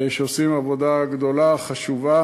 שעושים עבודה גדולה וחשובה.